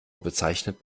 bezeichnet